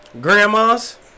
grandmas